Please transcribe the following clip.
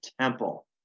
temple